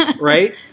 Right